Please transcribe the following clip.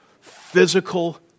physical